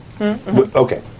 Okay